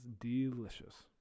delicious